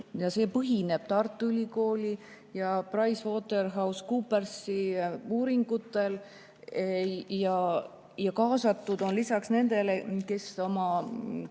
See põhineb Tartu Ülikooli ja PricewaterhouseCoopersi uuringutel ja kaasatud on [teisigi] lisaks nendele, kes